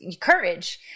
courage